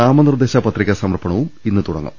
നാമനിർദ്ദേശപത്രിക സമർപ്പണവും ഇന്ന് തുടങ്ങും